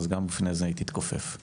אז גם בפני משרד האוצר של רוסיה